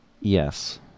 yes